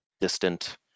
distant